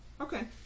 Okay